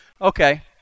Okay